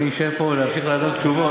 אבל אם אני אשאר פה להמשיך לענות תשובות,